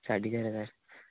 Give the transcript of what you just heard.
साडे चार हजार